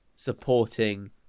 supporting